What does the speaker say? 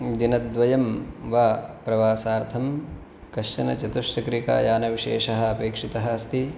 दिनद्वयं वा प्रवासार्थं कश्चन चतुश्चक्रिकायानविशेषः अपेक्षितः अस्ति